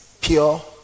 pure